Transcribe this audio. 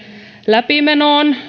läpimenoon